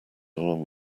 along